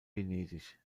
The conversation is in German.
venedig